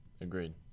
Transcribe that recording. Agreed